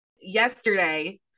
yesterday